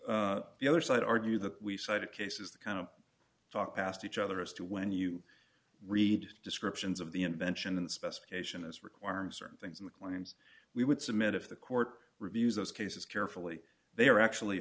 the other side argue that we cited cases the kind of talk past each other as to when you read descriptions of the invention and specification is requiring certain things in the claims we would submit if the court reviews those cases carefully they are actually